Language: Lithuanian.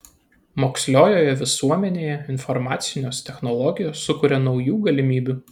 moksliojoje visuomenėje informacinės technologijos sukuria naujų galimybių